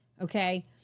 okay